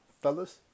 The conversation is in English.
Fellas